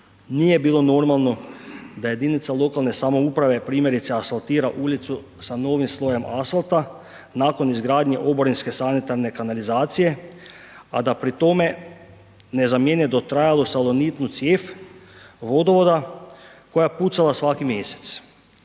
nije bilo normalno da jedinica lokalne samouprave primjerice asfaltira ulicu sa novim slojem asfalta nakon izgradnje oborinske sanitarne kanalizacije a da pri tome ne zamijene dotrajalu salonitnu cijev vodovoda koja je pucala svaki mjesec.